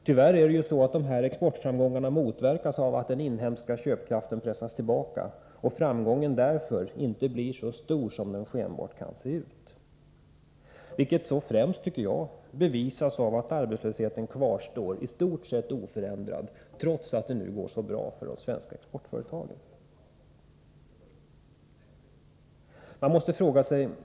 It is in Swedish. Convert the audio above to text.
Tyvärr motverkas dessa exportframgångar av att den inhemska köpkraften pressas tillbaka, och framgången blir därför inte så stor som det kan synas. Detta bevisas främst av att arbetslösheten kvarstår i stort sett oförändrad trots att det nu går så bra för de svenska exportföretagen.